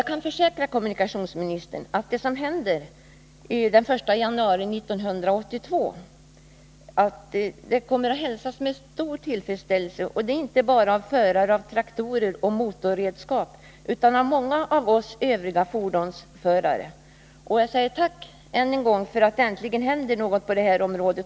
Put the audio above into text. Jag kan försäkra kommunikationsministern att de krav som gäller från den 1 januari 1982 kommer att hälsas med stor tillfredsställelse, inte bara av förare av traktorer och motorredskap utan också av övriga fordonsförare. Jag framför än en gång ett tack för att det äntligen händer någonting på detta område.